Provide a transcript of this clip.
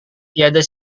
tiada